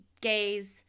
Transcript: gays